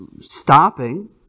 stopping